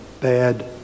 bad